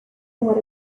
what